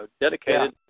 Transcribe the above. dedicated